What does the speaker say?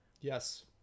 Yes